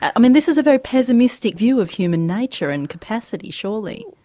i mean this is a very pessimistic view of human nature and capacity, surely.